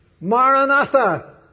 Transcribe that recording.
Maranatha